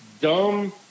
dumb